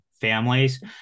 families